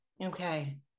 Okay